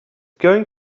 going